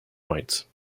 rights